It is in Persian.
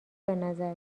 بنظر